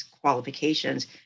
qualifications